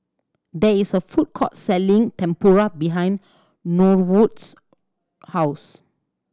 there is a food court selling Tempura behind Norwood's house